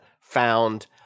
found